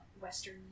Western